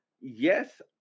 Yes